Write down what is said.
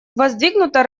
воздвигнута